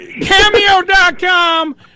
cameo.com